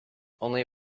only